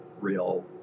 real